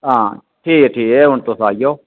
आं ठीक ऐ ठीक ऐ हुन तुस आई जाओ